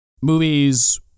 movies